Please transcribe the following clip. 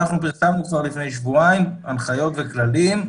אנחנו פרסמנו כבר לפני שבועיים הנחיות וכללים,